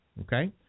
Okay